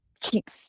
keep